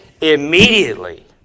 immediately